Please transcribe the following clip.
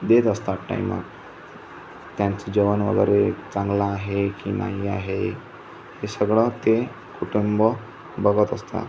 देत असतात टाईमात त्यांचं जेवण वगैरे चांगलं आहे की नाही आहे हे सगळं ते कुटुंब बघत असतात